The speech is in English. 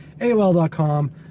aol.com